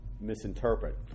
misinterpret